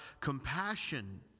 compassion